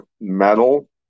metal